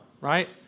right